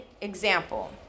example